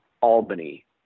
Albany